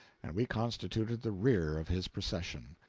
and we constituted the rear of his procession.